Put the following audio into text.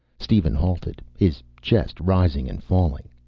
steven halted, his chest rising and falling.